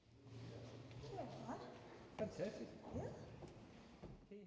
Tak,